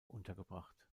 untergebracht